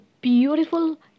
beautiful